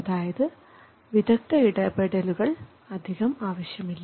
അതായത് വിദഗ്ധ ഇടപെടലുകൾ അധികമായി ആവശ്യമില്ല